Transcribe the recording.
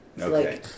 Okay